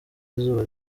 izuba